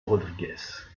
rodriguez